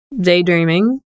daydreaming